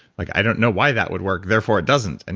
like i don't know why that would work therefore it doesn't. and